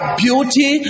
beauty